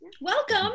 Welcome